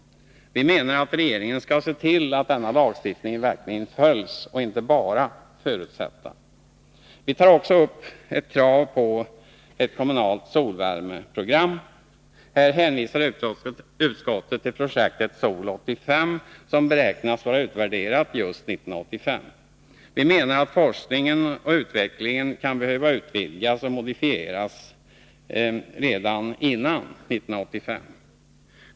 Vi menar att regeringen skall se till att denna lagstiftning verkligen följs, och inte bara skall förutsätta detta. Vi tar också upp ett krav på ett kommunalt solvärmeprogram. Här hänvisar utskottet till projektet Sol 85, som beräknas vara utvärderat just 1985. Vi menar att forskningen och utvecklingen kan behöva utvidgas och modifieringar göras innan 1985.